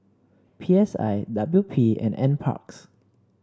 P S I W P and NParks